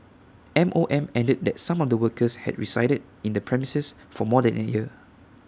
M O M added that some of the workers had resided in the premises for more than A year